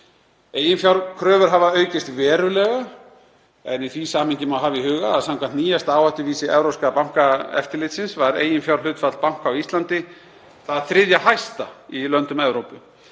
Eiginfjárkröfur hafa aukist verulega en í því samhengi má hafa í huga að samkvæmt nýjasta áhættuvísi Evrópska bankaeftirlitsins var eiginfjárhlutfall banka á Íslandi það þriðja hæsta í löndum Evrópu.